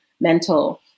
mental